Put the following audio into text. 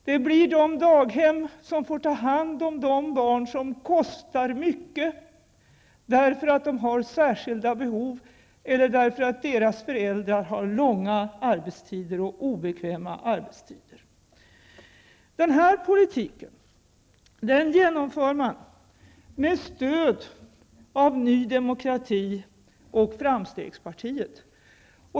Det blir de daghem som får ta hand om barn som kostar mycket därför att de har särskilda behov eller därför att deras föräldrar har långa arbetsdagar och obekväma arbetstider. Den här politiken genomför man med stöd av Ny Demokrati och framstegspartiet.